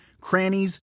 crannies